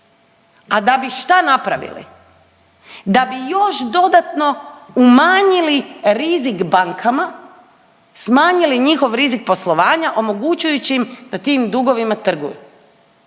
a da bi šta napravili? Da bi još dodatno umanjili rizik bankama, smanjili njihov rizik poslovanja omogućujući im da tim dugovima trguju.